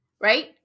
Right